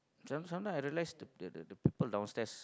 some~ sometimes I rest at the the the people downstairs